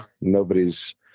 Nobody's